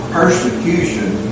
persecution